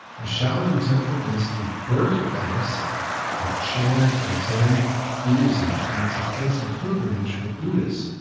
the shaolin temple is the birth place of chan or zen buddhism, and it's a place of pilgrimage for buddhists.